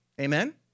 Amen